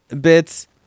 bits